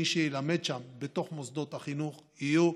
מי שילמד שם בתוך מוסדות החינוך יהיו